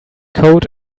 coat